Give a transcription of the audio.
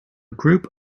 group